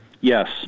Yes